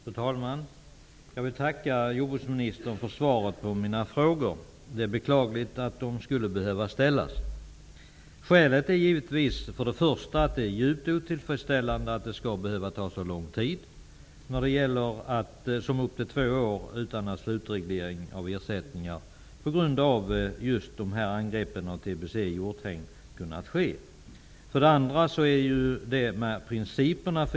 Fru talman! Jag tackar jordbruksministern för svaret på mina frågor. Det är beklagligt att de skulle behöva ställas. För det första är det djupt otillfredsställande att det skall behöva ta så lång tid, som upp till två år, innan slutreglering av ersättningar på grund av angrepp av TBC i hjorthägn kunnat ske. För det andra har vi frågan om principerna.